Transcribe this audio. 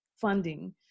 funding